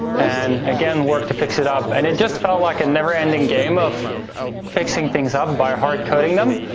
and again, worked to fix it up, and it just felt like a never-ending game of fixing things up by hard-coding them.